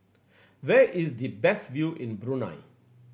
where is the best view in Brunei